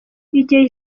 igihe